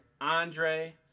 Andre